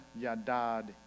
Yadad